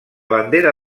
bandera